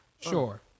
Sure